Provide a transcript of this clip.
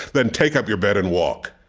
then take up your bed and walk.